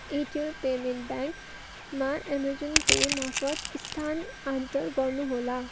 Airtel payment ब्याङ्कमा Amazon पेमार्फत स्थानान्तर गर्नुहोला